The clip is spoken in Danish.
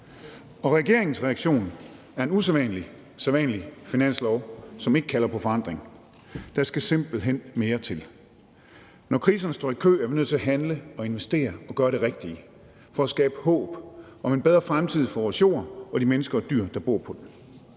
regeringens reaktion er en usædvanlig sædvanlig finanslov, som ikke kalder på forandring. Der skal simpelt hen mere til. Når kriserne står i kø, er vi nødt til at handle og investere og gøre det rigtige for at skabe håb om en bedre fremtid for vores jord og de mennesker og dyr, der bor på den.